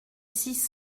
six